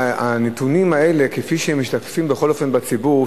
הנתונים האלה כפי שהם משתקפים בציבור,